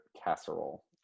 casserole